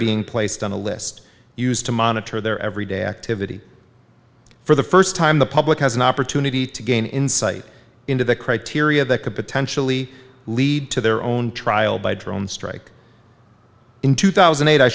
being placed on the list used to monitor their every day activity for the first time the public has an opportunity to gain insight into the criteria that could potentially lead to their own trial by drone strike in two thousand and eight i